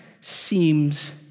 seems